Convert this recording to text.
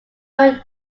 were